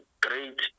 great